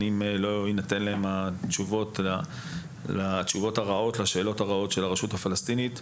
אם לא יתנו להם התשובות הרעות לשאלות הרעות של הרשות הפלסטינית.